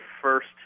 first